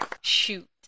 Shoot